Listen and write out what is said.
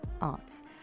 arts